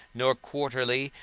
nor quarterly,